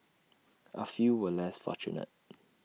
A few were less fortunate